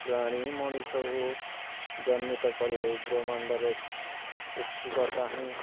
ପ୍ରାଣୀ ମଣିଷ ଜନ୍ମିତ କରି ବ୍ରହ୍ମାଣ୍ଡରେ ସୃଷ୍ଟିକର୍ତ୍ତା ହିଁ